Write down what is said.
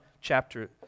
chapter